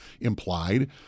implied